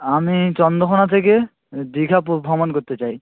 আমি চন্দ্রকোণা থেকে দীঘা ভ্রমণ করতে চাই